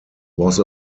was